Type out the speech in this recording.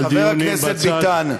חבר הכנסת ביטן,